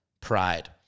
pride